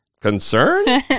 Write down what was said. concern